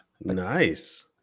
Nice